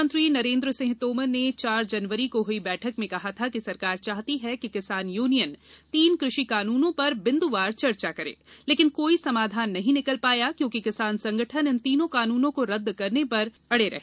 कृषि मंत्री नरेंद्र सिंह तोमर ने चार जनवरी को हुई बैठक में कहा था कि सरकार चाहती है कि किसान यूनियन तीन कृषि कानूनों पर बिन्दुवार चर्चा करें लेकिन कोई समाधान नहीं निकल पाया क्योंकि किसान संगठन इन तीनों कानूनों को रद्द करने पर अडे रहे